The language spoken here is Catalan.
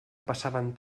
passaven